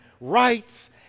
rights